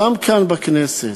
גם כאן, בכנסת,